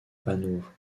hanovre